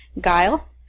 Guile